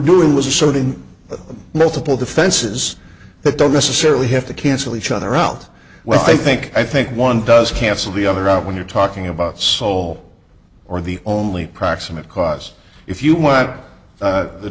doing was asserting multiple defenses that don't necessarily have to cancel each other out well i think i think one does cancel the other out when you're talking about sole or the only proximate cause if you want